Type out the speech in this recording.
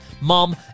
Mom